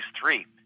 three